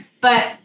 But-